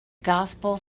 gospel